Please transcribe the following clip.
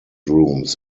rooms